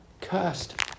cursed